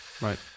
Right